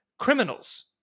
Criminals